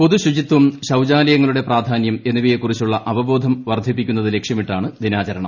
പൊതുശുചിത്വ ശൌചാലയങ്ങളുടെ പ്രധാന്യം എന്നിവയെക്കുറിച്ചുള്ള അവബോധം വർദ്ധിപ്പിക്കുന്നത് ലക്ഷ്യമിട്ടാണ് ദിനാചരണം